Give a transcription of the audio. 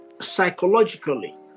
psychologically